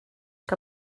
que